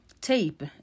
tape